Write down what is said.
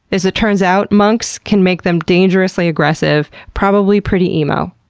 as it turns out, monks, can make them dangerously aggressive, probably pretty emo.